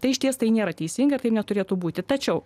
tai išties tai nėra teisinga ir taip neturėtų būti tačiau